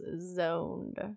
zoned